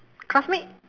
classmate